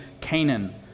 Canaan